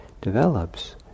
develops